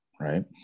right